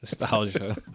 Nostalgia